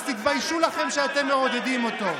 אז תתביישו לכם שאתם מעודדים אותו.